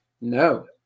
no